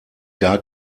gar